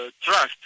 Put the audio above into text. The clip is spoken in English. trust